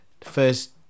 First